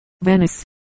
Venice